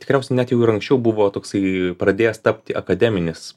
tikriausiai net jau ir anksčiau buvo toksai pradėjęs tapti akademinis